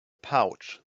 pouch